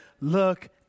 look